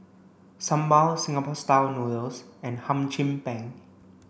Sambal Singapore style noodles and Hum Chim Peng